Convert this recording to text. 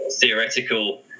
theoretical